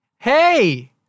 Hey